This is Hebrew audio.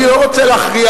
אני לא רוצה להכריע,